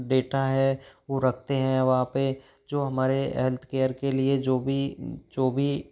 data है वो रखते हैं वहा पे जो हमारे हेल्थ केयर के लिए जो भी जो भी